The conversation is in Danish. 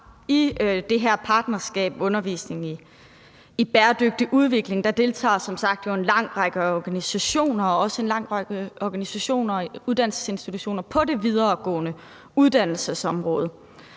I det her partnerskab, Undervisning i Bæredygtig Udvikling, deltager jo som sagt en lang række organisationer og også en lang række uddannelsesinstitutioner på det videregående uddannelsesområde.